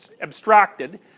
abstracted